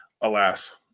Alas